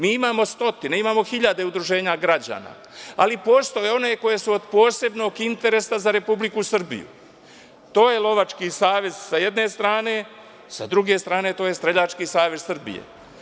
Mi imamo stotine, imamo hiljade udruženja građana, ali postoje one koje su od posebnog interesa za Republiku Srbiju, to je Lovački savez, sa jedne strane, sa druge strane, to je Streljački savez Srbije.